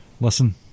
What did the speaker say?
listen